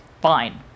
fine